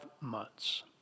months